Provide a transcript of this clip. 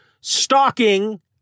stalking